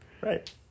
Right